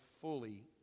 fully